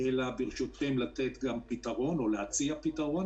אלא אני רוצה גם להציע פתרון.